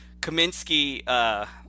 Kaminsky